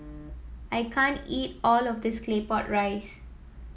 I can't eat all of this Claypot Rice